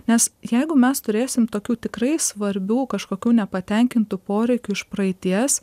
nes jeigu mes turėsim tokių tikrai svarbių kažkokių nepatenkintų poreikių iš praeities